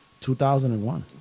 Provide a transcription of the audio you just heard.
2001